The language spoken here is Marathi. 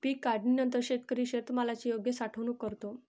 पीक काढणीनंतर शेतकरी शेतमालाची योग्य साठवणूक करतो